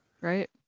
Right